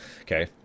okay